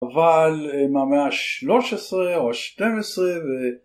אבל מהמאה ה־13 או ה־12